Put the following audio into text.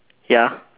ya